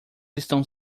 estão